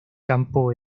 campo